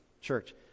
church